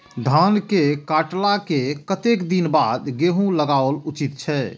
धान के काटला के कतेक दिन बाद गैहूं लागाओल उचित छे?